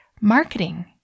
Marketing